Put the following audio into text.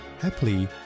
happily